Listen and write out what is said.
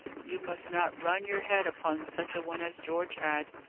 you must not run your head upon such a one as george had.